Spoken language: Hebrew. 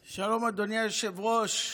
היושב-ראש,